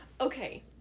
Okay